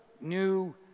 new